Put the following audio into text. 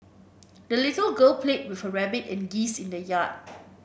the little girl played with her rabbit and geese in the yard